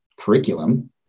curriculum